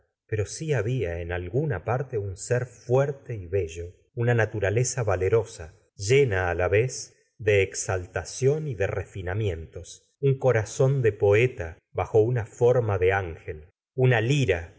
pero si había en alguna parte un sér fuerte y bello una naturaleza valerosa llena á la vez de exaltación y de refinamientos un corazón de poeta bajo una forma de án el na lira